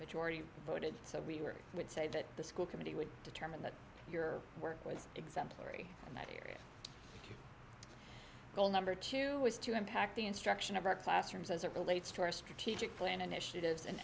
majority voted so we are would say that the school committee would determine that your work was exemplary in that area goal number two was to impact the instruction of our classrooms as it relates to our strategic plan in